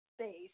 space